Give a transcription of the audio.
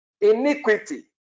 Iniquity